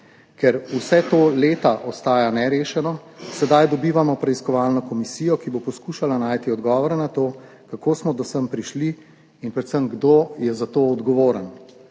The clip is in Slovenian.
Ker vse to leta ostaja nerešeno, sedaj dobivamo preiskovalno komisijo, ki bo poskušala najti odgovore na to, kako smo prišli do sem in predvsem kdo je odgovoren